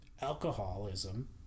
alcoholism